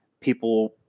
people